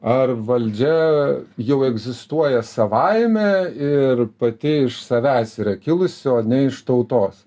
ar valdžia jau egzistuoja savaime ir pati iš savęs yra kilusi o ne iš tautos